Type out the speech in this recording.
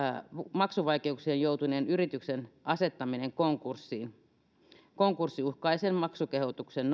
maksuvaikeuksiin joutuneen yrityksen asettaminen konkurssiin konkurssiuhkaisen maksukehotuksen